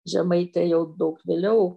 žemaitę jau daug vėliau